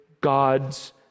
God's